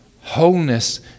wholeness